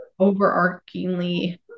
overarchingly